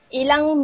ilang